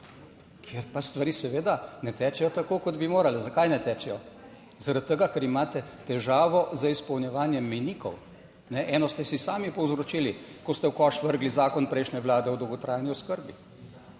Kjer pa stvari seveda ne tečejo, tako kot bi morale. Zakaj ne tečejo? Zaradi tega, ker imate težavo z izpolnjevanjem mejnikov. Eno ste si sami povzročili, ko ste v koš vrgli zakon prejšnje vlade o dolgotrajni oskrbi.